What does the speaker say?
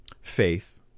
faith